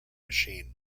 machine